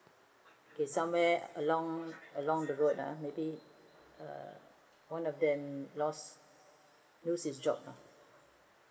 it's somewhere along along the road ah maybe err one of them lose loose his job lah